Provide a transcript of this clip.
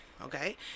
Okay